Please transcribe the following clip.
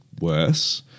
worse